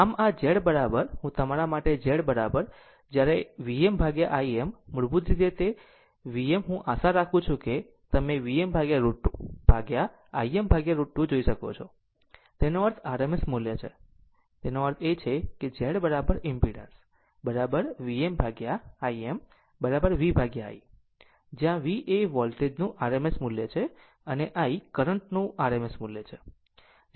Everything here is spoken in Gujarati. આમ આ Z હું તમારા માટે Z જ્યારે લVm Im મૂળભૂત રીતે તે Vm હું આશા રાખું છું કે તમે તેને Vm √ 2 ભાગ્યા Im √ 2 જોઈ શકો છો આમ તેનો અર્થ RMS મૂલ્ય છે એનો અર્થ છે Z impedance Vm Im V I જ્યાં V એ વોલ્ટેજ નું RMS મૂલ્ય છે અને I કરંટ નું RMS મૂલ્ય છે